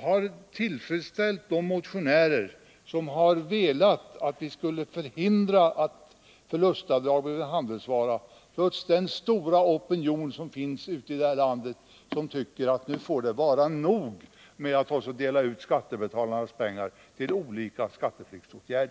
har tillfredsställt de motionärer som har velat att vi skulle förhindra att förlustavdrag blir en handelsvara plus den stora opinion ute i landet som menar att nu får det vara nog med att dela ut skattebetalarnas pengar till olika skatteflyktsåtgärder.